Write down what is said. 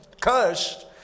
Cursed